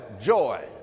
joy